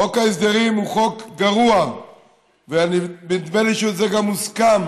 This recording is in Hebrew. חוק ההסדרים הוא חוק גרוע ונדמה לי שזה גם מוסכם